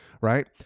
right